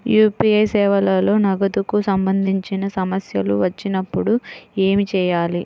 UPI సేవలలో నగదుకు సంబంధించిన సమస్యలు వచ్చినప్పుడు ఏమి చేయాలి?